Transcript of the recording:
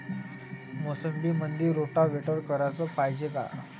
मोसंबीमंदी रोटावेटर कराच पायजे का?